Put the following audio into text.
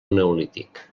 neolític